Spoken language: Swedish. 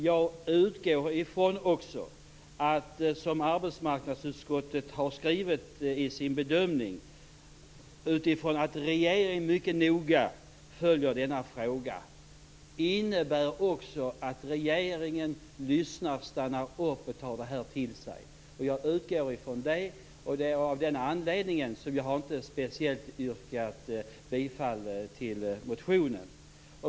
Jag utgår också från, som arbetsmarknadsutskottet har skrivit i sin bedömning, att regeringen mycket noga följer denna fråga. Det innebär också att regeringen stannar upp, lyssnar och tar det här till sig. Jag utgår från det. Det är av den anledningen som jag inte speciellt har yrkat bifall till motionen.